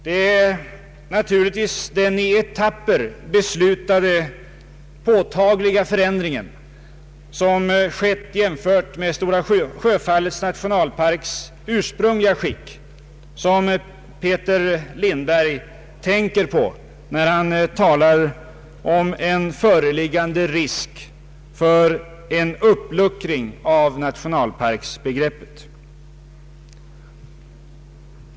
Det är naturligtvis den i etapper beslutade påtagliga förändringen som skett jämfört med Stora Sjöfallets nationalparks ursprungliga skick, som Peter Lindberg tänker på, när han talar om en föreliggande risk för en uppluckring av nationalparksbegreppet.